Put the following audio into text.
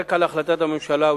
הרקע להחלטת הממשלה,